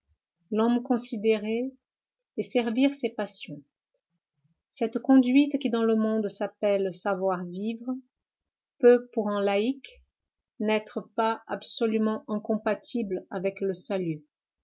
l'homme considéré et servir ses passions cette conduite qui dans le monde s'appelle savoir-vivre peut pour un laïc n'être pas absolument incompatible avec le salut